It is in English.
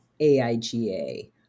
AIGA